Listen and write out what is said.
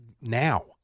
now